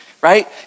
right